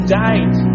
died